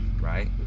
Right